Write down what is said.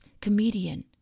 comedian